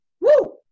Woo